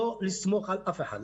לא לסמוך על אף אחד,